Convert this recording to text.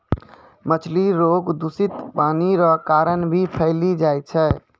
मछली रोग दूषित पानी रो कारण भी फैली जाय छै